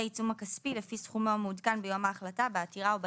העיצום הכספי לפי סכומו המעודכן ביום ההחלטה בעתירה או בערעור,